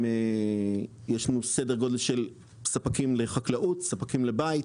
יש לנו ספקים לחקלאות, ספקים לבית,